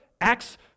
Acts